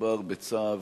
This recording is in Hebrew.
שמדובר בצו